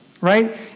right